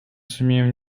сумеем